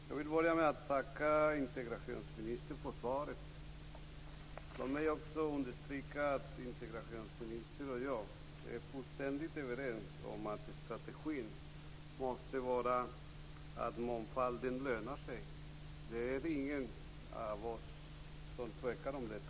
Herr talman! Jag vill börja med att tacka integrationsministern för svaret. Jag vill understryka att integrationsministern och jag är fullständigt överens om att strategin måste vara att mångfalden lönar sig. Det är ingen av oss som tvekar om detta.